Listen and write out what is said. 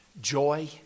joy